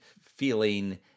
feeling